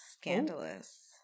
scandalous